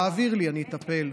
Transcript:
תעביר לי ואני אטפל.